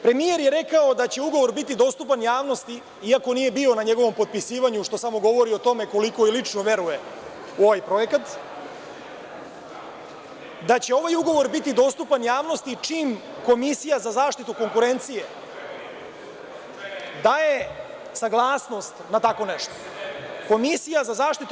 Premijer je rekao da će ugovor biti dostupan javnosti iako nije bio na njegovom potpisivanju, što samo govori o tome koliko i lično veruje u ovaj projekat, da će ovaj ugovor biti dostupan javnosti čim Komisija za zaštitu konkurencije daje saglasnost na tako nešto. (Zoran Babić, s mesta: Zašto nije bio prisutan?